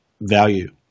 value